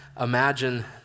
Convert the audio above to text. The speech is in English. imagine